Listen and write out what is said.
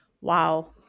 Wow